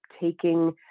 taking